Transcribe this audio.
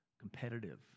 competitive